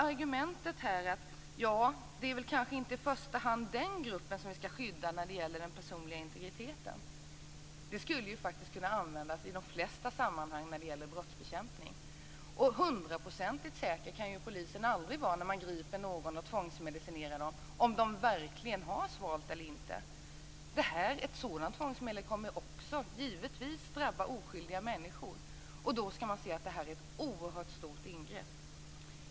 Argumentet här, att det kanske inte i första hand är den gruppen som vi skall skydda när det gäller den personliga integriteten, skulle ju faktiskt kunna användas i de flesta sammanhang när det gäller brottsbekämpning. Och hundraprocentigt säker kan ju polisen aldrig vara när man griper och tvångsmedicinerar någon om denne verkligen har svalt eller inte. Ett sådant tvångsmedel kommer givetvis också att drabba oskyldiga människor. Då kan man se att det är ett oerhört stort ingrepp.